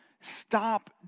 stop